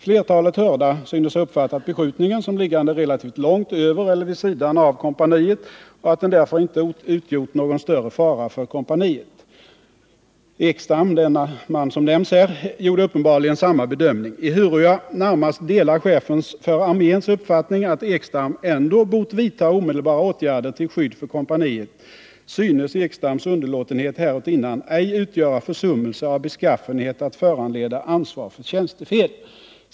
Flertalet hörda synes ha uppfattat beskjutningen som liggande relativt långt över eller vid sidan av kompaniet och att den därför inte utgjort någon större fara för kompaniet. Ekstam” — det är den man som nämns här — ”gjorde uppenbarligen samma bedömning. Ehuru jag närmast delar chefens för armén uppfattning att Ekstam ändock bort vidta omedelbara åtgärder till skydd för kompaniet synes Ekstams underlåtenhet härutinnan ej utgöra försummelse av beskaffenhet att föranleda ansvar för tjänstefel.